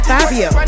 Fabio